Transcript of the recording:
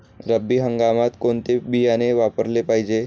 रब्बी हंगामात कोणते बियाणे वापरले पाहिजे?